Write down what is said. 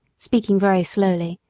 speaking very slowly,